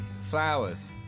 flowers